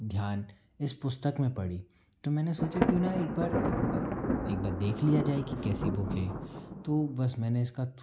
ध्यान इस पुस्तक में पड़ी तो मैने सोचा क्यों ना एक बार एक बार देख लिया जाए कि कैसी बुक है तो बस मैंने इसका